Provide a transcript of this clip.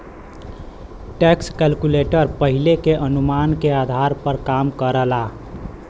tax calculator पहिले के अनुमान के आधार पर काम करला